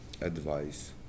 advice